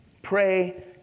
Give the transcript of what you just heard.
Pray